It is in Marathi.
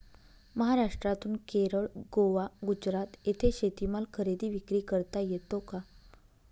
महाराष्ट्रातून केरळ, गोवा, गुजरात येथे शेतीमाल खरेदी विक्री करता येतो का?